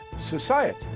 society